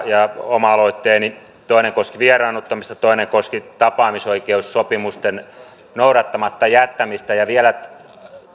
ja oma aloitteeni toinen koski vieraannuttamista toinen koski tapaamisoikeussopimusten noudattamatta jättämistä vielä